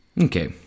Okay